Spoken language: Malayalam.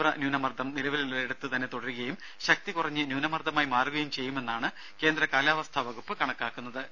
തീവ്ര ന്യൂനമർദ്ദം നിലവിലുള്ളയിടത്ത് തന്നെ തുടരുകയും ശക്തി കുറഞ്ഞ് ന്യൂനമർദമായി മാറുകയും ചെയ്യുമെന്നാണ് കേന്ദ്ര കാലാവസ്ഥ വകുപ്പ് കണക്കാക്കുന്നത്